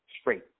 straight